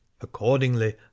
accordingly